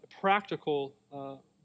practical